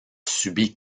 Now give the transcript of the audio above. subi